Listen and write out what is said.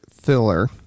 filler